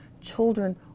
Children